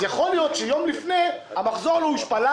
אז יכול להיות שיום לפני כן המחזור לא הושפע.